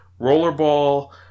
rollerball